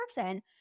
person